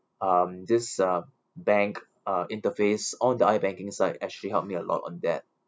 um this uh bank uh interface on the I-banking side actually helped me a lot on that